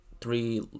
three